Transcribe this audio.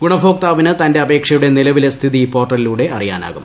ഗുണഭോക്താവിന് തന്റെ അപേക്ഷയുടെ നിലവിലെ സ്ഥിതി പോർട്ടലിലൂടെ അറിയാനാകും